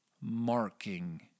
marking